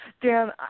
Dan